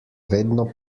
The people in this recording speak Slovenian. vedno